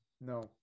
No